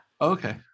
okay